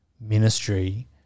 ministry